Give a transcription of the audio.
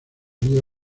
vía